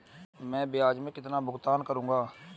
मैं ब्याज में कितना भुगतान करूंगा?